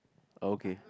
okay